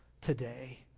today